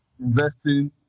investing